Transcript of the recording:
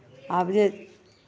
आब जे